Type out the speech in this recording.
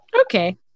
Okay